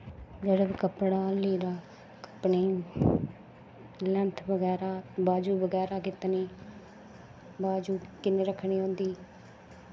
जेह्ड़ा कपड़ा लीरा लैंथ बगैरा बाज़ू बगैरा कितनी बाज़ू बगैरा किन्नी रक्खनी होंदी